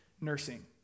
nursing